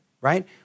right